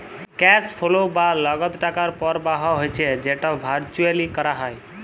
cash flow বা লগদ টাকার পরবাহ হচ্যে যেট ভারচুয়ালি ক্যরা হ্যয়